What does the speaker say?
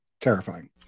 Terrifying